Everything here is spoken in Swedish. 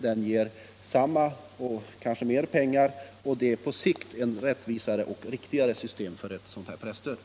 Den ger samma belopp — ja, kanske mer pengar — och är på sikt ett rättvisare och riktigare system för presstöd.